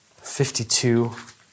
52